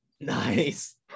nice